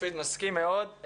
מסכים מאוד.